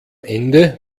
ende